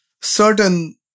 certain